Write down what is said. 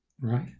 Right